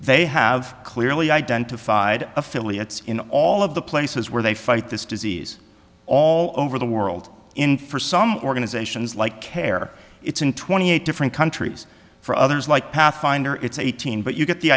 they have clearly identified affiliates in all of the places where they fight this disease all over the world in for some organizations like care it's in twenty eight different countries for others like pathfinder it's eighteen but you get the